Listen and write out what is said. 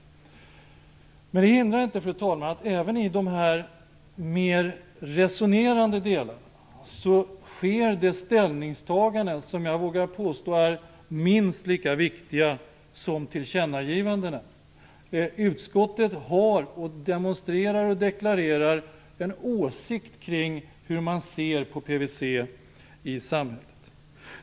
Detta hindrar inte att det även i de mera resonerande delarna sker ställningstaganden som jag vågar påstå är minst lika viktiga som tillkännagivandena. Utskottet demonstrerar och deklarerar en åsikt om hur man ser på PVC i samhället.